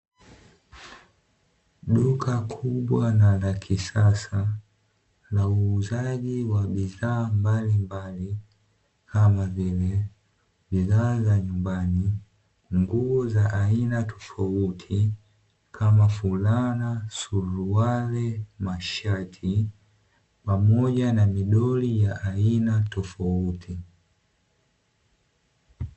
Duka kubwa na la kisasa la uuzaji wa bidhaa mbalimbali, kama vile: bidhaa za nyumbani, nguo za aina tofauti kama fulana, suruali, mashati, pamoja na midoli ya aina tofauti.